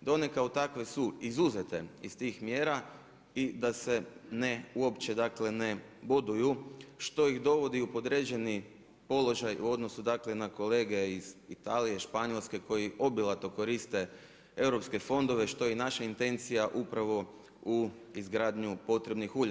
da one kao takve su izuzete iz tih mjera i da se ne, uopće ne boduju što ih dovodi u podređeni položaj u odnosu dakle na kolege iz Italije, Španjolske koji obilato koriste europske fondove što je naša intencija upravo u izgradnju potrebnih uljara.